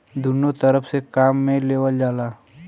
दुन्नो तरफ से काम मे लेवल जाला